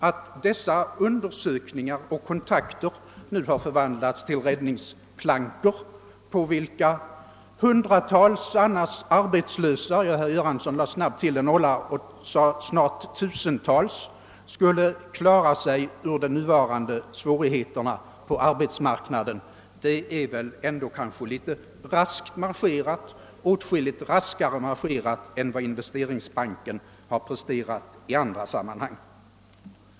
Att dessa undersökningar och kontakter nu har förvandlats till räddningsplankor på vilka hundratals annars arbetslösa — herr Göransson lade snabbt till en nolla och strax ökade budet till »tusentals» skulle klara sig ur de nuvarande svårigheterna på arbetsmarknaden, det är väl ändå litet raskt marscherat. Det är åtskilligt raskare takt än vad Investeringsbanken har presterat i andra sammanhang.